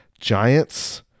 Giants